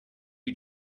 you